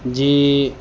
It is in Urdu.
جی